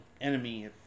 enemy